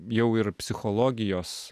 jau ir psichologijos